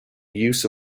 use